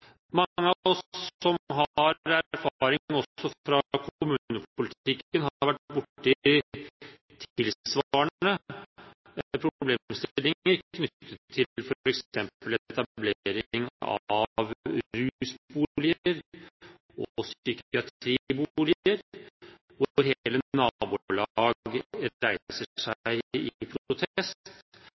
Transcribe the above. Mange av oss som også har erfaring fra kommunepolitikken, har vært borte i tilsvarende problemstillinger knyttet til f.eks. etablering av rusboliger og psykatriboliger, hvor hele nabolag reiser seg i